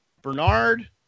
Bernard